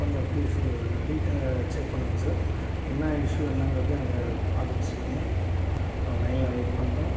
கொஞ்சம் please recheck பண்ணுங்கள் sir என்ன இஸ்யூ என்னங்கிறது எனக்கு பார்த்துட்டு சொல்லுங்கள் நான் லைனில் வெயிட் பண்ணுறேன்